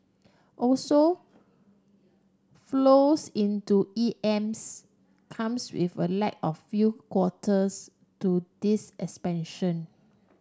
also flows into EMs come with a lag of few quarters to this expansion